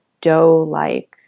dough-like